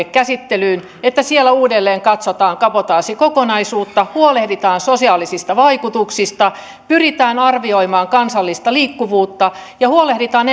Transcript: käsittelyyn niin siellä uudelleen katsotaan kabotaasikokonaisuutta huolehditaan sosiaalisista vaikutuksista pyritään arvioimaan kansallista liikkuvuutta ja huolehditaan